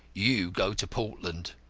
you go to portland.